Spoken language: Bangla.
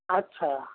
আচ্ছা